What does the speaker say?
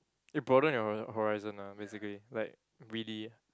it broaden your horizon lah basically like really